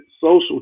social